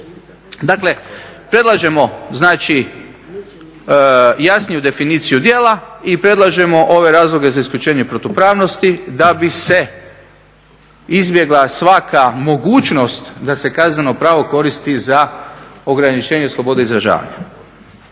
Dakle, predlažemo znači jasniju definiciju djela i predlažemo ove razloge za isključenje protupravnosti da bi se izbjegla svaka mogućnost da se kazneno pravo koristi za ograničenje slobode izražavanja.